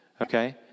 Okay